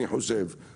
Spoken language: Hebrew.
אני חושב שחיכו לזה.